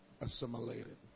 assimilated